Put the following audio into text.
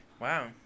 wow